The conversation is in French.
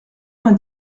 vingt